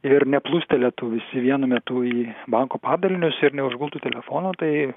ir neplūstelėtų visi vienu metu į banko padalinius ir neužgultų telefonų tai